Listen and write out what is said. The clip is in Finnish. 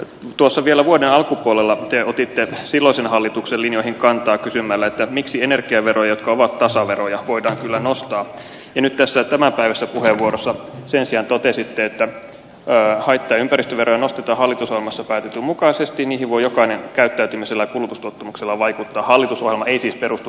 tuossa vielä vuoden alkupuolella te otitte silloisen hallituksen linjoihin kantaa kysymällä miksi energiaveroja jotka ovat tasaveroja voidaan kyllä nostaa ja nyt tässä tämänpäiväisessä puheenvuorossa sen sijaan totesitte että haitta ja ympäristöveroja nostetaan hallitusohjelmassa päätetyn mukaisesti niihin voi jokainen käyttäytymisellään ja kulutustottumuksillaan vaikuttaa ja hallitusohjelma ei siis perustu tasaveroihin